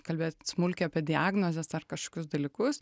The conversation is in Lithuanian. kalbėt smulkiai apie diagnozes ar kažkokius dalykus